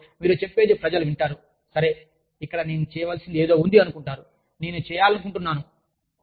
నిమిషంలో మీరు చెప్పేది ప్రజలు వింటారు సరే ఇక్కడ నేను చేయ వలసింది ఏదో ఉంది అనుకుంటారు నేను చేయాలనుకుంటున్నాను